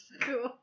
Cool